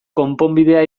konponbidea